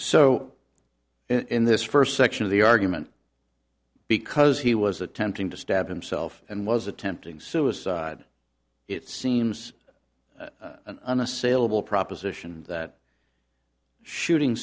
so in this first section of the argument because he was attempting to stab himself and was attempting suicide it seems an unassailable proposition that shooting